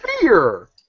fear